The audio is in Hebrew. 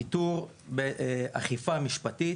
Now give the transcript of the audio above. איתור, אכיפה משפטית,